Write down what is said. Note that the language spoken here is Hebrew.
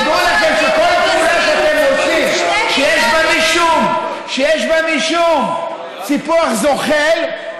תדעו לכם שכל פעולה שאתם עושים שיש בה משום סיפוח זוחל,